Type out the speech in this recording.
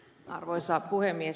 arvoisa puhemies